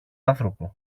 άνθρωπο